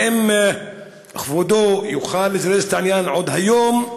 האם כבודו יוכל לזרז את העניין עוד היום,